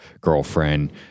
girlfriend